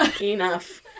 enough